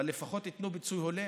אבל לפחות תיתנו פיצוי הולם.